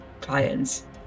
clients